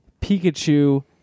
Pikachu